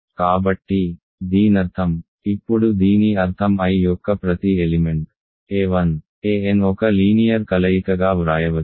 కాబట్టి దీనర్థం ఇప్పుడు దీని అర్థం I యొక్క ప్రతి ఎలిమెంట్ a1 an ఒక లీనియర్ కలయికగా వ్రాయవచ్చు